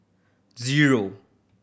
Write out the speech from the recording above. zero